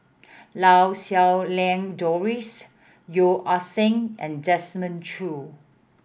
Lau Siew Lang Doris Yeo Ah Seng and Desmond Choo